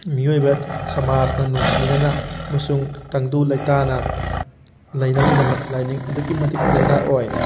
ꯃꯤꯑꯣꯏꯕ ꯁꯃꯥꯖꯅ ꯅꯨꯡꯁꯤꯅꯅ ꯑꯃꯁꯨꯡ ꯇꯪꯗꯨ ꯂꯩꯇꯥꯅ ꯂꯩꯅꯕꯒꯤꯗꯃꯛ ꯂꯥꯏꯅꯤꯡ ꯑꯗꯨꯛꯀꯤ ꯃꯇꯤꯛ ꯗꯔꯀꯥꯔ ꯑꯣꯏ